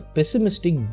Pessimistic